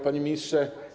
Panie Ministrze!